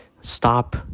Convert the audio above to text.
stop